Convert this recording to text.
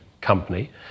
company